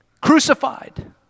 Crucified